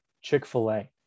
Chick-fil-A